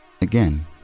again